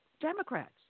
Democrats